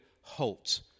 Halt